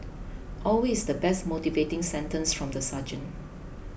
always the best motivating sentence from the sergeant